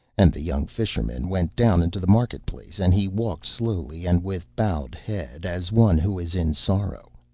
and the young fisherman went down into the market-place, and he walked slowly, and with bowed head, as one who is in sorrow.